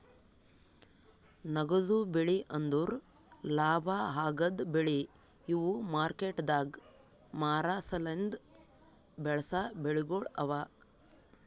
ನಗದು ಬೆಳಿ ಅಂದುರ್ ಲಾಭ ಆಗದ್ ಬೆಳಿ ಇವು ಮಾರ್ಕೆಟದಾಗ್ ಮಾರ ಸಲೆಂದ್ ಬೆಳಸಾ ಬೆಳಿಗೊಳ್ ಅವಾ